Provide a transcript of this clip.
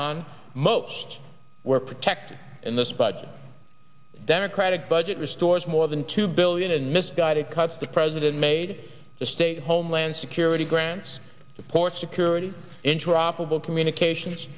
on most were protected in this budget democratic budget restores more than two billion in misguided cuts the president made the state homeland security grants the port security interoperable communications